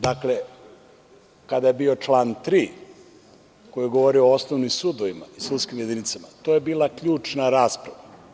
Dakle, kada je bio član 3. koji je govorio o osnovnim sudovima i sudskim jedinicama, to je bila ključna rasprava.